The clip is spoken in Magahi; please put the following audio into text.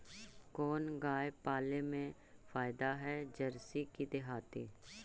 कोन गाय पाले मे फायदा है जरसी कि देहाती?